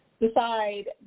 decide